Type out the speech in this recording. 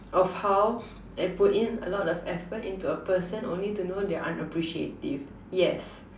of how and put in a lot of effort into a person only to know they are unappreciative yes